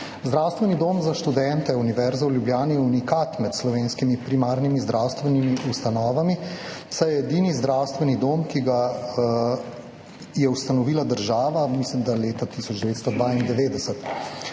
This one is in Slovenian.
Zdravstveni dom za študente Univerze v Ljubljani je unikat med slovenskimi primarnimi zdravstvenimi ustanovami, saj je edini zdravstveni dom, ki ga je ustanovila država, mislim, da leta 1992.